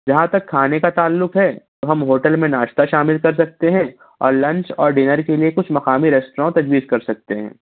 جہاں تک کھانے کا تعلق ہے تو ہم ہوٹل میں ناشتہ شامل کرسکتے ہیں اور لنچ اور ڈنر کے لیے کچھ مقامی ریسٹوراں تجویز کرسکتے ہیں